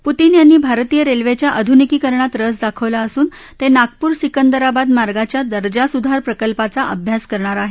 Putin यांनी भारतीय रेल्वेच्या अधुनिकीकरणात रस दाखवला असून ते नागपूर सिंकदराबाद मार्गाच्या दर्जसुधार प्रकल्पाचा अभ्यास करणार आहेत